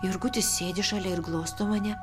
jurgutis sėdi šalia ir glosto mane